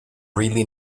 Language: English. really